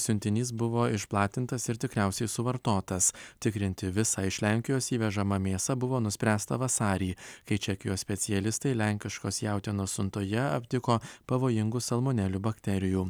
siuntinys buvo išplatintas ir tikriausiai suvartotas tikrinti visą iš lenkijos įvežamą mėsą buvo nuspręsta vasarį kai čekijos specialistai lenkiškos jautienos siuntoje aptiko pavojingų salmonelių bakterijų